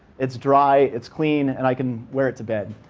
it's dry, it's clean, and i can wear it to bed.